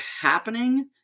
happening